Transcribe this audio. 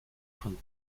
von